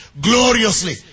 gloriously